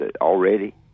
already